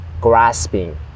grasping